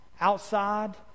outside